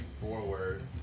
forward